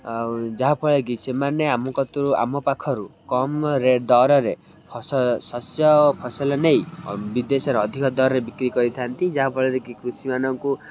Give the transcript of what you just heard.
ଆଉ ଯାହାଫଳରେ କି ସେମାନେ ଆମ କତୁରୁ ଆମ ପାଖରୁ କମ୍ ଦରରେ ଶସ୍ୟ ଫସଲ ନେଇ ବିଦେଶରେ ଅଧିକ ଦରରେ ବିକ୍ରି କରିଥାନ୍ତି ଯାହାଫଳରେ କି କୃଷିମାନଙ୍କୁ